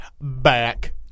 Back